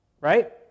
Right